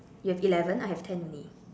you have eleven I have ten only